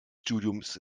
studiums